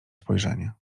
spojrzenie